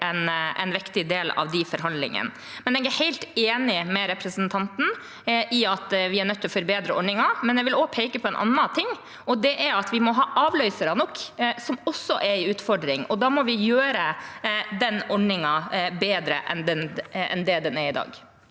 en viktig del av de forhandlingene. Jeg er helt enig med representanten i at vi er nødt til å forbedre ordningen, men jeg vil også peke på en annen ting, og det er at vi må ha avløsere nok, noe som også er en utfordring, og da må vi gjøre ordningen bedre enn den er i dag.